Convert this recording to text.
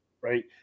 right